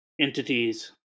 entities